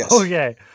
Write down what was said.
Okay